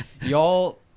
y'all